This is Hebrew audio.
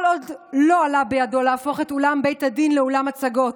כל עוד לא עלה בידו להפוך את אולם בית הדין לאולם הצגות,